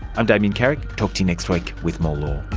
i'm damien carrick, talk to you next week with more law